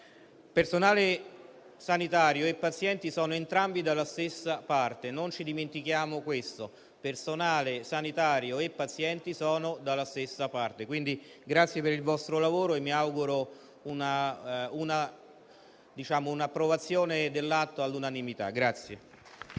Personale sanitario e pazienti sono entrambi dalla stessa parte; non ci dimentichiamo questo: personale sanitario e pazienti sono dalla stessa parte. Ringrazio per il vostro lavoro e mi auguro un'approvazione dell'atto all'unanimità.